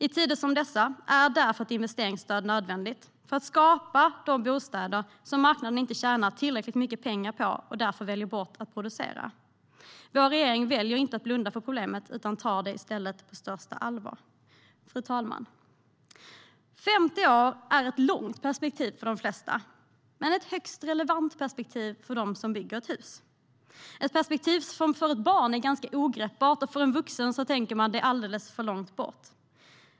I tider som dessa är därför ett investeringsstöd nödvändigt för att skapa de bostäder som marknaden inte tjänar tillräckligt mycket pengar på och därför väljer bort att producera. Vår regering väljer att inte blunda för problemet utan tar det i stället på största allvar. Fru talman! 50 år är ett långt perspektiv för de flesta, men ett högst relevant perspektiv för dem som bygger ett hus. Det är ett perspektiv som för ett barn är ogripbart, och för en vuxen är det alldeles för långt bort.